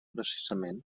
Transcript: precisament